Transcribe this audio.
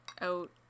out